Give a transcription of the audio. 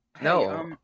No